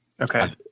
Okay